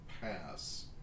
pass